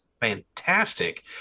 fantastic